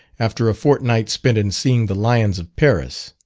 after a fortnight spent in seeing the lions of paris.